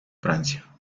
francia